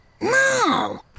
No